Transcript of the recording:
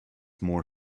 more